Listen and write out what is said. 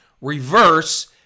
reverse